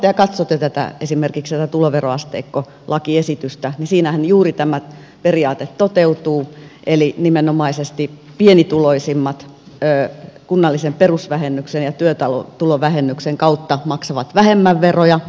jos nyt katsotte tätä esimerkiksi tätä tuloveroasteikkolakiesitystä siinähän juuri tämä periaate toteutuu eli nimenomaisesti pienituloisimmat kunnallisen perusvähennyksen ja työtulovähennyksen kautta maksavat vähemmän veroja